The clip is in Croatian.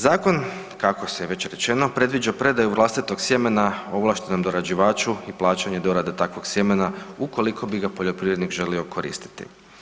Zakon kako je već rečeno predviđa predaju vlastitog sjemena ovlaštenom dorađivaču i plaćanje dorade takvog sjemena ukoliko bi ga poljoprivrednik želio koristiti.